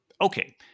Okay